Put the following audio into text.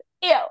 Ew